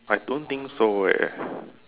I don't think so eh